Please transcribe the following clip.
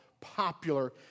popular